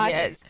Yes